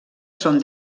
són